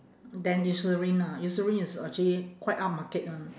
then eucerin ah eucerin is actually quite upmarket [one]